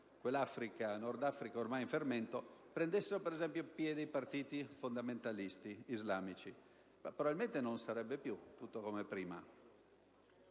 quel Nord Africa ormai in fermento, prendessero piede i partiti fondamentalisti islamici. Probabilmente non sarebbe più tutto come prima,